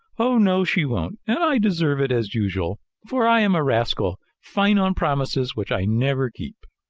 oh, no, she won't. and i deserve it, as usual! for i am a rascal, fine on promises which i never keep!